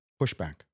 pushback